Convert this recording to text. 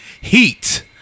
Heat